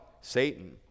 Satan